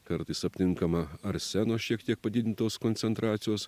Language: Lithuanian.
kartais aptinkama arseno šiek tiek padidintos koncentracijos